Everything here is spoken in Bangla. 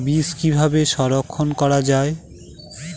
বীজ কিভাবে সংরক্ষণ করা যায়?